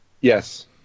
yes